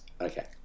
Okay